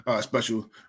special